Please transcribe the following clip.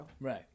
Right